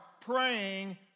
praying